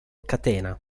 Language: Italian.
catena